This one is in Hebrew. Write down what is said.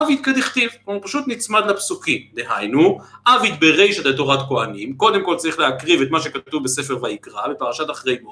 עביד כדכתיב, פשוט נצמד לפסוקים, דהיינו, עביד ברישא כתורת כהניםם, קודם כל צריך להקריב את מה שכתוב בספר ויקרא בפרשת אחרי מות.